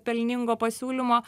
pelningo pasiūlymo